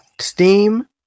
Steam